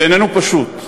זה איננו פשוט.